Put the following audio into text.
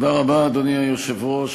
אדוני היושב-ראש,